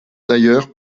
d’ailleurs